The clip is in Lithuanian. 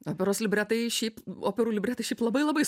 operos libretai šiaip operų libretai šiaip labai labai